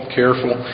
careful